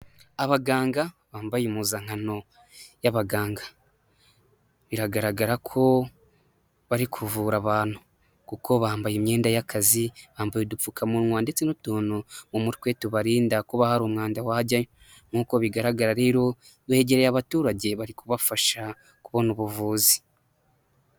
Abaganga bambaye impuzankano y'abaganga biragaragara ko bari kuvura abantu kuko bambaye imyenda y'akazi bambaye udupfukamunwa ndetse n'utuntu mu umutwe tubarinda kuba hari umwanda wajyamo nk'uko bigaragara rero begereye abaturage bari kubafasha kubona ubuvuzi.